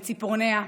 בציפורניה,